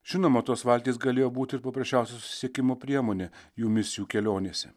žinoma tos valtys galėjo būti ir paprasčiausia susisiekimo priemonė jų misijų kelionėse